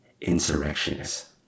insurrectionists